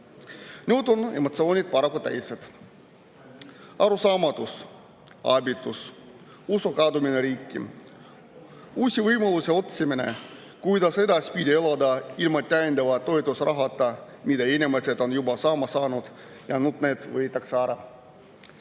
Nüüd on emotsioonid paraku teised. Arusaamatus, abitus, kadunud on usk riiki, uute võimaluste otsimine, kuidas edaspidi elada ilma täiendava toetusrahata, mida inimesed on juba saama [hakanud] ja mis nüüd võetakse ära.